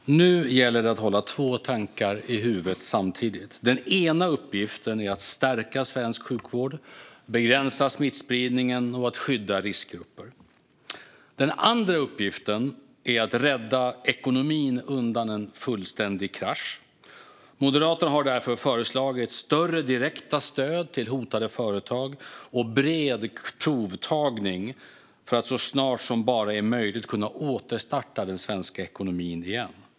Herr talman! Nu gäller det att hålla två tankar i huvudet samtidigt. Den ena uppgiften är att stärka svensk sjukvård, begränsa smittspridning och skydda riskgrupper. Den andra uppgiften är att rädda ekonomin undan en fullständig krasch. Moderaterna har därför föreslagit större direkta stöd till hotade företag och bred provtagning för att så snart som bara är möjligt kunna återstarta den svenska ekonomin.